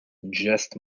just